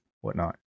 whatnot